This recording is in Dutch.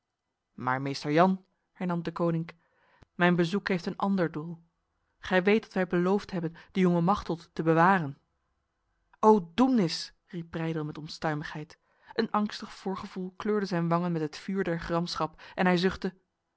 maar meester jan hernam deconinck mijn bezoek heeft een ander doel gij weet dat wij beloofd hebben de jonge machteld te bewaren o doemnis riep breydel met onstuimigheid een angstig voorgevoel kleurde zijn wangen met het vuur der gramschap en hij